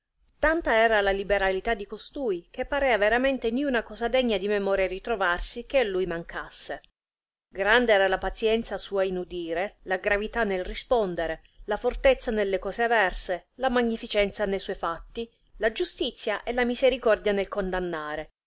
tanta era la liberalità di costui che parca veramente ninna cosa degna di memoria ritrovarsi che a lui mancasse grande era la pazienzia sua in udire la gravità nel rispondere la fortezza nelle cose averse la magnificenza ne suoi fatti la giustizia e la misericordia nel condannare